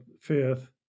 fifth